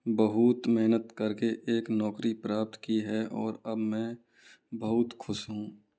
बहुत मेहनत करके एक नौकरी प्राप्त की है और अब मैं बहुत खुश हूँ